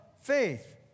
faith